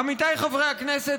עמיתיי חברי הכנסת,